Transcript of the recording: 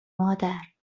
مادر